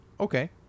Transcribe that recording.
Okay